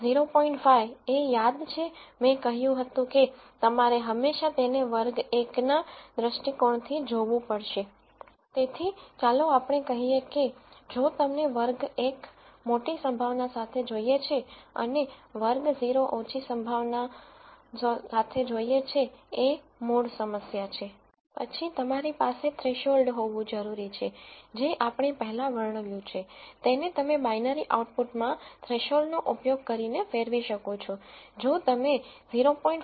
5 એ યાદ છે મેં કહ્યું હતું કે તમારે હંમેશાં તેને વર્ગ 1 વર્ગોના દૃષ્ટિકોણથી જોવું તેથી ચાલો આપણે કહીએ કે જો તમને વર્ગ 1 મોટી પ્રોબેબિલિટી સાથે જોઈએ છે અને વર્ગ 0 ઓછી પ્રોબેબિલિટી સાથે જોઈએ પ્રોબેબિલિટી એ મૂળ સમસ્યા છે પછી તમારી પાસે થ્રેશોલ્ડ હોવું જરૂરી છે જે આપણે પહેલા વર્ણવ્યું છે તેને તમે બાઈનરી આઉટપુટ માં થ્રેશોલ્ડ હોવું જરૂરી છે જે આપણે પહેલા વર્ણવ્યું છે તેને તમે બાઈનરી આઉટપુટ માં થ્રેશોલ્ડ નો ઉપયોગ કરીને ફેરવી શકો છો